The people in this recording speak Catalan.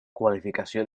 qualificació